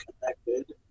connected